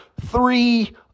three